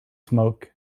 smoke